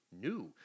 new